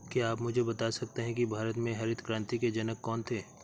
क्या आप मुझे बता सकते हैं कि भारत में हरित क्रांति के जनक कौन थे?